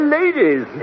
ladies